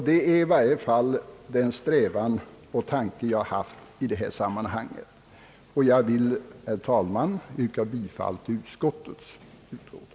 Det är i varje fall den tanke och strävan som jag har haft i detta sammanhang. Herr talman! Jag ber att få yrka bifall till utskottets hemställan.